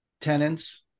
tenants